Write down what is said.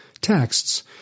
texts